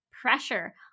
pressure